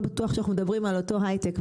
בטוח שאנחנו מדברים על אותו היי-טק,